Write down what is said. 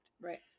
Right